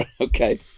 Okay